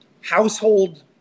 household